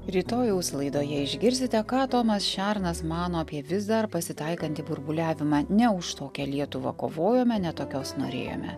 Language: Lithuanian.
rytojaus laidoje išgirsite ką tomas šernas mano apie vis dar pasitaikantį burbuliavimą ne už tokią lietuvą kovojome ne tokios norėjome